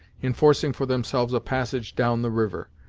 in forcing for themselves a passage down the river,